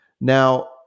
Now